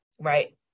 Right